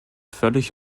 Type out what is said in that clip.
völlig